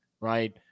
right